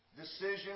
decision